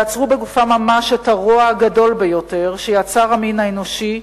והם עצרו בגופם ממש את הרוע הגדול ביותר שיצר המין האנושי,